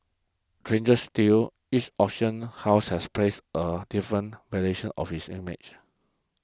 stranger still each auction house has placed a different valuation of its image